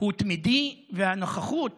הוא תמידי, והנוכחות